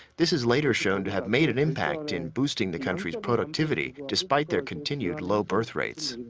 this has later shown to have made an impact in boosting the countries' productivity despite their continued low birthrates.